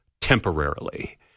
temporarily